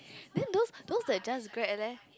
then those those that just grad leh